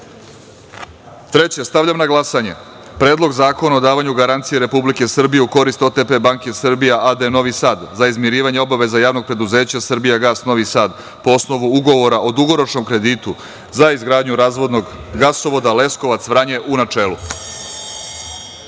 objavljivanja. Stavljam na glasanje Predlog zakona davanju garancije Republike Srbije u korist OTP banke Srbija a.d. Novi Sad za izmirivanje obaveza Javnog preduzeća „Srbijagas“ Novi Sad po osnovu ugovora o dugoročnom kreditu za izgradnju razvodnog gasovoda Leskovac – Vranje, u